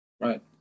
Right